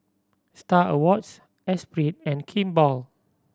Star Awards Esprit and Kimball